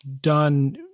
done